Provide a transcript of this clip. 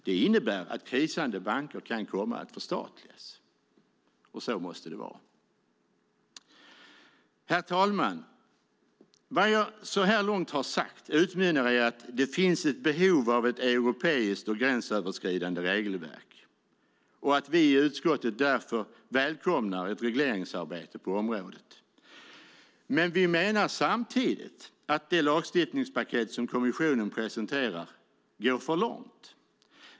Det innebär att krisande banker kan komma att förstatligas. Så måste det vara. Fru talman! Vad jag så här långt har sagt utmynnar i att det finns ett behov av ett europeiskt och gränsöverskridande regelverk. Vi i utskottet välkomnar därför ett regleringsarbete på området. Men vi menar samtidigt att det lagstiftningspaket som kommissionen presenterar går för långt.